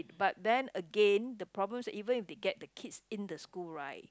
but then again the problem is even if they get the kids in the school right